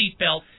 seatbelt